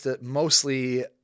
mostly